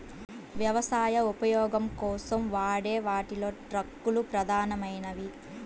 వ్యవసాయ ఉపయోగం కోసం వాడే వాటిలో ట్రక్కులు ప్రధానమైనవి